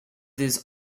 these